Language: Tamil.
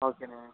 ஓகேண்ண